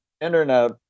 internet